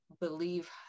believe